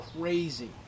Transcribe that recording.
crazy